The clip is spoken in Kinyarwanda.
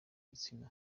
gitsina